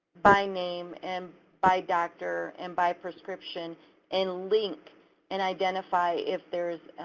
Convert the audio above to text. by name and by doctor and by prescription and link and identify if there's